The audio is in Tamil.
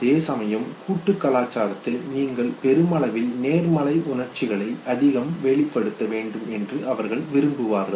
அதேசமயம் கூட்டுக் கலாச்சாரத்தில் நீங்கள் பெருமளவில் நேர்மறை உணர்ச்சிகளை அதிகம் வெளிப்படுத்த வேண்டும் என்று அவர்கள் விரும்புவார்கள்